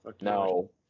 no